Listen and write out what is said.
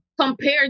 compared